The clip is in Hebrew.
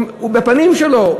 בפנים שלו.